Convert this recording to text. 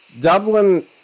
Dublin